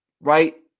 right